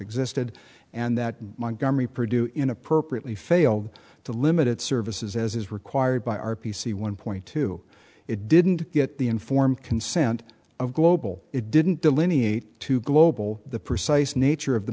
existed and that montgomery purdue in appropriately failed to limit its services as is required by r p c one point two it didn't get the informed consent of global it didn't delineate to global the precise nature of the